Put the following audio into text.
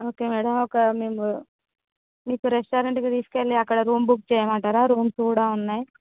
okay madam ఒక మేము మీకు రెస్టారెంట్ కి తీసుకెళ్లి అక్కడ రూమ్ బుక్ చేయమంటారా అక్కడ రూమ్స్ కూడా ఉన్నాయి